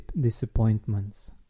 disappointments